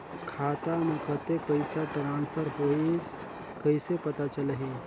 खाता म कतेक पइसा ट्रांसफर होईस कइसे पता चलही?